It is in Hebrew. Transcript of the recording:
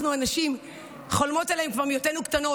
אנחנו הנשים חולמות על זה מהיותנו קטנות.